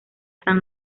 san